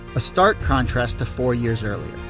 a stark contrast to four years earlier.